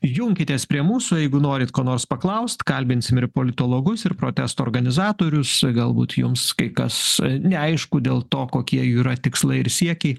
junkitės prie mūsų jeigu norit ko nors paklaust kalbinsim ir politologus ir protesto organizatorius galbūt jums kai kas neaišku dėl to kokie jų yra tikslai ir siekiai